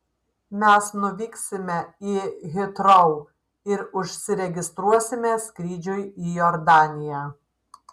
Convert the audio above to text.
mes nuvyksime į hitrou ir užsiregistruosime skrydžiui į jordaniją